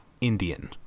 indian